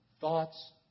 thoughts